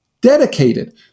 dedicated